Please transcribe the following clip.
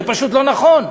זה פשוט לא נכון.